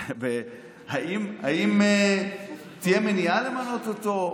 האם תהיה מניעה למנות אותו?